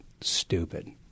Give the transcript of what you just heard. stupid